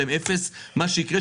ועל עובדי הייצור שבאים מהפריפריה.